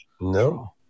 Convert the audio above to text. No